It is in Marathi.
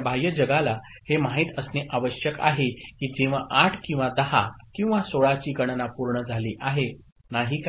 बाह्य जगाला हे माहित असणे आवश्यक आहे की जेव्हा 8 किंवा 10 किंवा 16 ची गणना पूर्ण झाली आहे नाही का